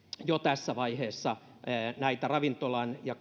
jo tässä vaiheessa näitä ravintoloiden ja